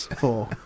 four